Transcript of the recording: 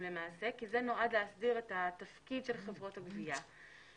כי הוא נועד להסדיר את התפקיד של חברות הגבייה.